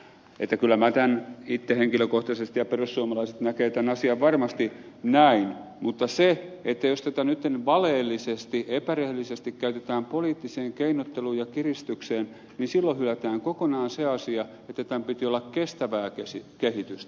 kyllä minä itse näen ja perussuomalaiset näkevät tämän asian varmasti näin mutta jos tätä nyt valheellisesti epärehellisesti käytetään poliittiseen keinotteluun ja kiristykseen niin silloin hylätään kokonaan se asia että tämän piti olla kestävää kehitystä